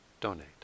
donate